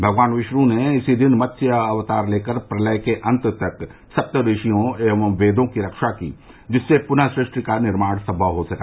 भगवान विष्णु ने इसी दिन मत्स्य अवतार लेकर प्रलय के अंत तक सप्त ऋषियों एवं वेदों की रक्षा की जिससे पुनः सृष्टि का निर्माण सम्मव हो सका